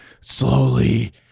slowly